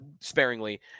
sparingly